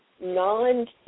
non